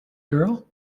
girl